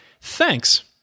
Thanks